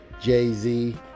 Jay-Z